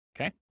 Okay